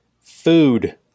food